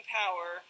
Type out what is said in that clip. power